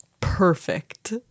perfect